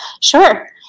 Sure